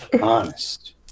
Honest